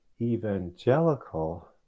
evangelical